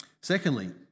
Secondly